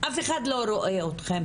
אף אחד לא רואה אתכן